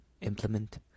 implement